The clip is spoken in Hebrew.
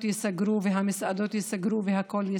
ייסגרו והמסעדות ייסגרו והכול ייסגר,